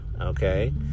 okay